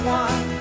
one